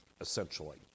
essentially